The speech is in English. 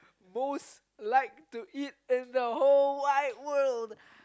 most like to eat in the whole wide world